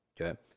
Okay